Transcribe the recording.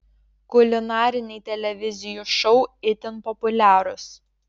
kulinariniai televizijų šou itin populiarūs